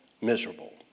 miserable